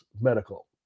Medical